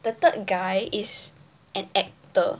the third guy is an actor